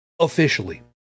officially